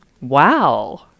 Wow